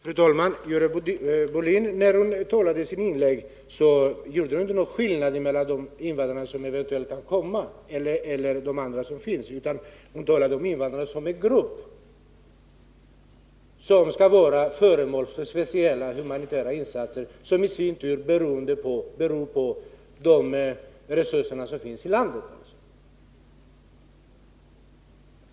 Fru talman! Görel Bohlin gör i sitt senaste inlägg inte någon skillnad mellan de invandrare som eventuellt kan komma till Sverige och de invandrare som redan finns här, utan hon talar om invandrarna som en grupp, som skall vara föremål för speciella humanitära insatser, vilka i sin tur blir beroende av de resurser som finns i landet.